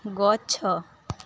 ଗଛ